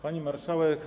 Pani Marszałek!